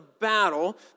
battle